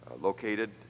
located